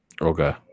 Okay